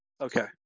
Okay